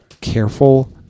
Careful